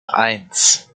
eins